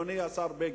אדוני השר בגין: